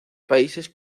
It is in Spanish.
países